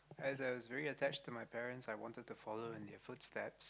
as I was very attached to my parents I wanted to follow in their footsteps